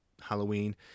Halloween